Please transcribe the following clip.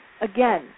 again